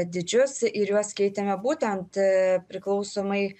dydžius ir juos keitėme būtent priklausomai